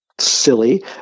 silly